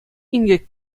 инкек